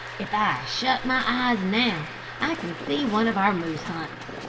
if i shut my eyes now i can see one of our moose hunts.